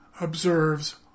observes